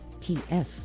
PF